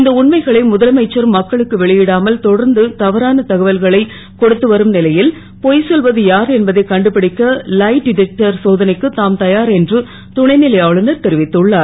இந்த உண்மைகளை முதலமைச்சர் மக்களுக்கு வெளி டாமல் தொடர்ந்து தவறான தகவல்களை கொடுத்து வரும் லை ல் பொ சொல்வது யார் என்பதை கண்டுபிடிக்க லை டிடெக்டர் சோதனைக்கு தாம் தயார் என்று துணை லை ஆளுநர் தெரிவித்துள்ளார்